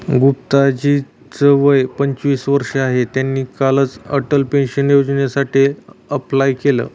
गुप्ता जी च वय पंचवीस वर्ष आहे, त्यांनी कालच अटल पेन्शन योजनेसाठी अप्लाय केलं